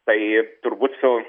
tai turbūt su